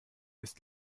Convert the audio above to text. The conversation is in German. ist